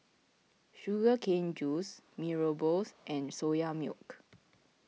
Sugar Cane Juice Mee Rebus and Soya Milk